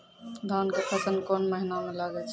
धान के फसल कोन महिना म लागे छै?